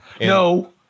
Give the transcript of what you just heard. No